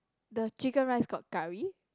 the chicken rice got curry